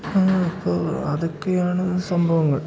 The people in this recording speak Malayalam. അങ്ങനെ ഇപ്പോൾ അതൊക്കെയാണ് സംഭവങ്ങൾ